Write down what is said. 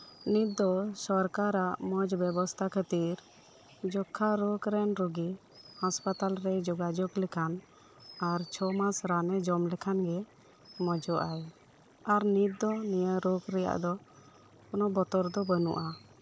ᱱᱤᱛ ᱫᱚ ᱥᱚᱨᱠᱟᱨᱟᱜ ᱢᱚᱸᱡᱽ ᱵᱮᱵᱚᱥᱛᱷᱟ ᱠᱷᱟᱹᱛᱤᱨ ᱡᱚᱠᱠᱷᱟ ᱨᱳᱜ ᱨᱮᱱ ᱨᱩᱜᱤ ᱦᱟᱥᱯᱟᱛᱟᱞ ᱨᱮᱭ ᱡᱚᱜᱟᱡᱚᱜ ᱞᱮᱠᱷᱟᱱ ᱟᱨ ᱪᱷᱚᱢᱟᱥ ᱨᱟᱱᱮ ᱡᱚᱢ ᱞᱮᱠᱷᱟᱱ ᱜᱮ ᱢᱚᱸᱡᱚᱜᱼᱟᱭ ᱟᱨ ᱱᱤᱛ ᱫᱚ ᱱᱤᱭᱟᱹ ᱨᱳᱜᱽ ᱨᱮᱭᱟᱜ ᱫᱚ ᱠᱚᱱᱚ ᱵᱚᱛᱚᱨ ᱫᱚ ᱵᱟᱹᱱᱩᱜᱼᱟ